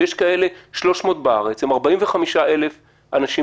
שיש 300 כאלה בארץ עם 45,000 אנשים